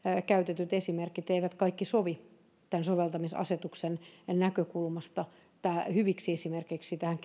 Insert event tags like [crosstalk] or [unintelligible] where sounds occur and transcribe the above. käytetyt esimerkit eivät kaikki sovi tämän soveltamisasetuksen näkökulmasta hyviksi esimerkeiksi tähän [unintelligible]